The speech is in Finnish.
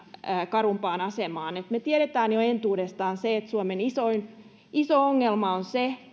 karumpaan asemaan me tiedämme jo entuudestaan sen että suomen iso ongelma